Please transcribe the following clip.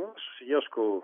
nu aš ieškau